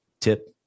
tip